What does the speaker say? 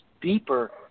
deeper